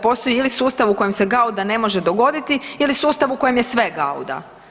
Postojati ili sustav u kojem se gauda ne može dogoditi ili sustav u kojem je sve gauda.